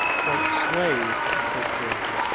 swayed, says durand,